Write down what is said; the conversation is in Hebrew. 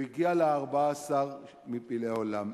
הוא הגיע ל-14 מפלאי עולם.